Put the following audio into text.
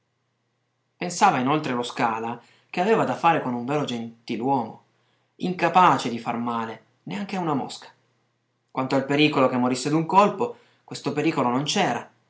pensava inoltre lo scala che aveva da fare con un vero galantuomo incapace di far male neanche a una mosca quanto al pericolo che morisse d'un colpo questo pericolo non